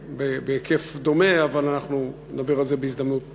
בהיקף דומה, אבל אנחנו נדבר על זה בהזדמנות אחרת.